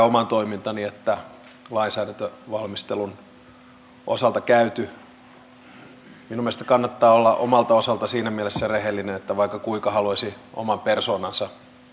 on sanottu että meneillään oleva kriisi on suurin sitten toisen maailmansodan ja tiedämme myös että me olemme geopoliittisesti hankalassa asemassa